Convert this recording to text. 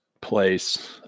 place